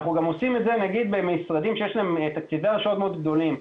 אנחנו עושים את זה במשרדים שיש להם תקציבי הרשאות גדולים מאוד.